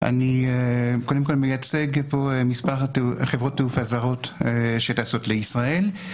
אני מייצג פה מספר חברות תעופה זרות שטסות לישראל.